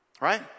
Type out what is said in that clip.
Right